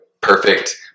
perfect